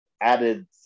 added